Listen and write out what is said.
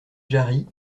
jarrie